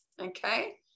okay